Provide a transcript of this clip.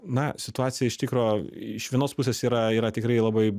na situacija iš tikro iš vienos pusės yra yra tikrai labai